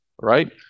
right